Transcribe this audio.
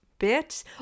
bit